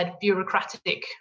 bureaucratic